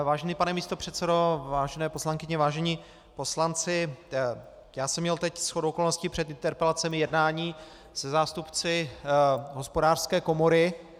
Vážený pane místopředsedo, vážené poslankyně, vážení poslanci, já jsem měl teď shodou okolností před interpelacemi jednání se zástupci Hospodářské komory.